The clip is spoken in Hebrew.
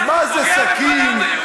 יואל, אז הוא מפגע בכל העם היהודי.